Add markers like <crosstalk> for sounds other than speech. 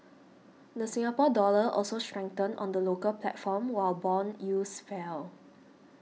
the Singapore Dollar also strengthened on the local platform while bond <unintelligible> fell